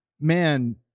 man